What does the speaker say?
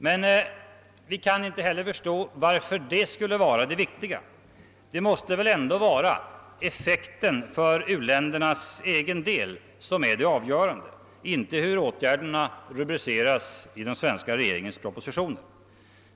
Men vi kan inte heller förstå varför det skulle vara det viktiga. Det måste väl ändå vara effekten för uländerna som är det avgörande, inte hur åtgärderna rubriceras i regeringens propositioner.